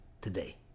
today